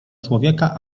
człowieka